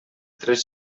tres